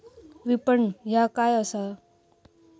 विपणन ह्या काय असा?